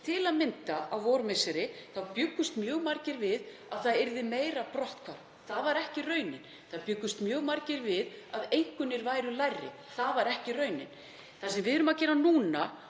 Til að mynda á vormisseri bjuggust mjög margir við að brotthvarf yrði meira. Það var ekki raunin. Það bjuggust mjög margir við að einkunnir yrðu lægri. Það var ekki raunin. Það sem við erum að fara í núna,